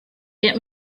get